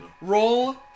Roll